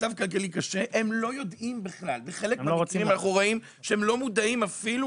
במצב כלכלי קשה אנחנו רואים שבחלק מהמקרים הן לא מודעות אפילו